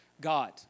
God